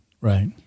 right